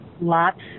Lots